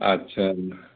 अच्छा